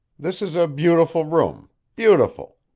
this is a beautiful room beautiful.